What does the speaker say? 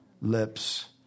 lips